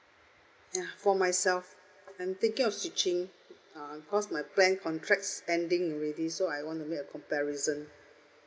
ya for myself I'm thinking of switching uh because my plan contract's ending already so I want to make a comparison